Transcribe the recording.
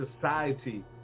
society